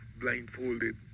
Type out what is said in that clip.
blindfolded